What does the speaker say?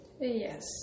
Yes